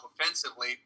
offensively